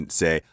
say